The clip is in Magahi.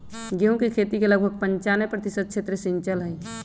गेहूं के खेती के लगभग पंचानवे प्रतिशत क्षेत्र सींचल हई